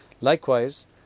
likewise